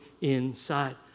inside